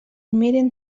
miren